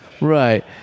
right